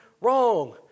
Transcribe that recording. wrong